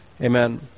Amen